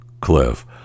cliff